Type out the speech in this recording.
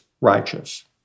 righteous